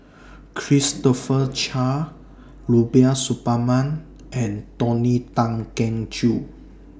Christopher Chia Rubiah Suparman and Tony Tan Keng Joo